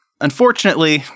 unfortunately